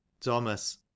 Thomas